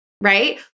right